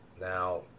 Now